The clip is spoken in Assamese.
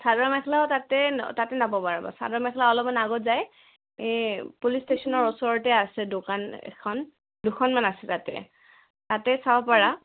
চাদৰ মেখেলাও তাতে তাতে নাপাবা ৰ'বা চাদৰ মেখেলা অলপমান আগত যাই এই পুলিচ ষ্টেচনৰ ওচৰতে আছে দোকান এখন দুখনমান আছে তাতে তাতে চাব পাৰা